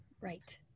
right